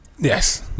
Yes